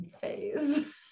phase